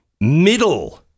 middle